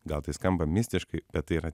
gal tai skamba mistiškai bet tai yra